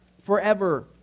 Forever